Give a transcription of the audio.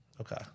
Okay